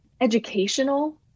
educational